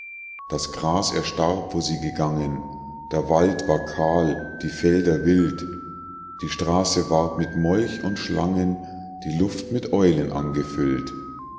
das gras erstarb wo sie gegangen der wald ward kahl die felder wild die straße ward mit molch und schlangen die luft mit eulen angefüllt